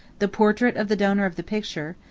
the portrait of the donor of the picture,